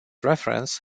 reference